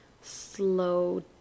slow